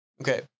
Okay